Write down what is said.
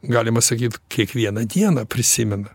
galima sakyt kiekvieną dieną prisimena